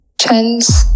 Chance